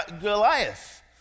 Goliath